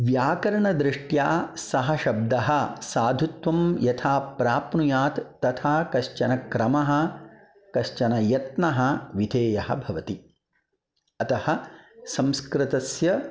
व्याकरणदृष्ट्या सह शब्दः साधुत्वं यथा प्राप्नुयात् तथा कश्चन क्रमः कश्चन यत्नः विधेयः भवति अतः संस्कृतस्य